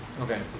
Okay